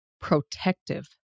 protective